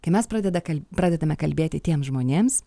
kai mes pradeda kal pradedame kalbėti tiems žmonėms